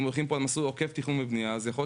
אם הולכים פה על מסלול עוקף תכנון ובנייה אז יכול להיות